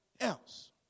else